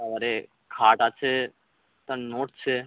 তারপরে খাট আছে তা নড়ছে